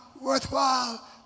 worthwhile